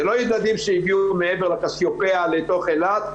זה לא ילדים שהגיעו מעבר לקסיופיאה לתוך אילת,